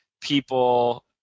people